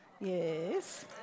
yes